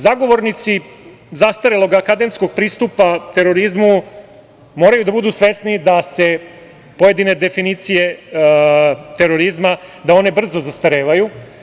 Zagovornici zastarelog akademskog pristupa terorizmu moraju da budu svesni da se pojedine definicije terorizma brzo zastarevaju.